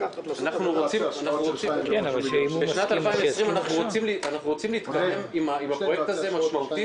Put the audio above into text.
בשנת 2020 אנחנו רוצים להתקדם עם הפרויקט הזה משמעותית.